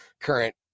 current